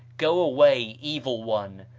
go away, evil one,